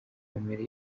kamere